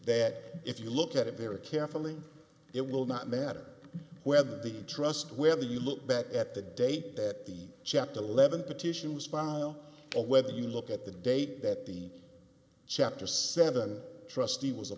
that if you look at it very carefully it will not matter whether the trust where the you look back at the date that the chapter eleven petition was filed a whether you look at the date that the chapter seven